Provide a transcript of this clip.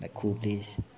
like cool place